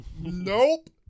nope